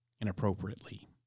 inappropriately